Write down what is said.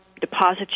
deposits